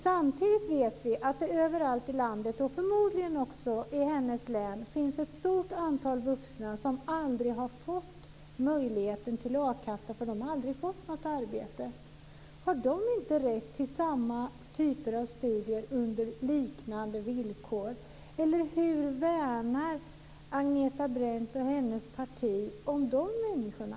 Samtidigt vet vi att det överallt i landet, förmodligen också i Agneta Brendts län, finns ett stort antal vuxna som aldrig har fått möjlighet till a-kassa därför att de aldrig har fått något arbete. Har de inte rätt till samma typer av studier under liknande villkor? Hur värnar Agneta Brendt och hennes parti om de människorna?